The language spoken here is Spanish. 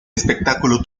espectáculo